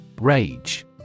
Rage